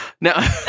now